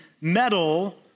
metal